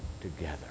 together